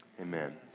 Amen